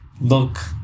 look